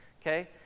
Okay